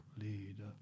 leader